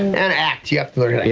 and act, you have to learn